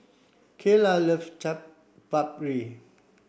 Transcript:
Kaylah loves Chaat Papri